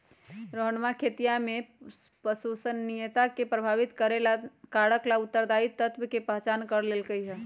रोहनवा खेतीया में संपोषणीयता के प्रभावित करे वाला कारक ला उत्तरदायी तत्व के पहचान कर लेल कई है